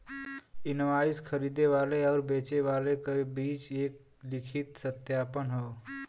invoice खरीदे वाले आउर बेचे वाले क बीच एक लिखित सत्यापन हौ